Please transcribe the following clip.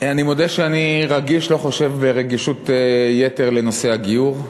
שאני רגיש ברגישות יתר לנושא הגיור.